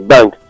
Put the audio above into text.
Bank